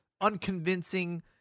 unconvincing